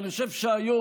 אבל אני חושב שהיום,